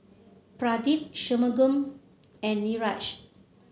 Pradip Shunmugam and Niraj